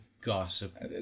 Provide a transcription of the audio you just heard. gossip